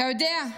אתה יודע,